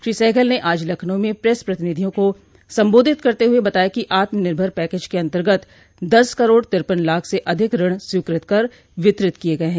श्री सहगल ने आज लखनऊ में प्रेस प्रतिनिधियों को संबोधित करते हुए बताया कि आत्मनिर्भर पैकेज के अन्तर्गत दस करोड़ तिरपन लाख से अधिक ऋण स्वीकृत कर वितरित किये गये हैं